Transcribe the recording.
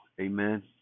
Amen